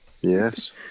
Yes